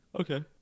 okay